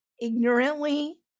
ignorantly